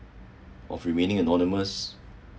of remain anonymous